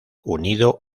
unido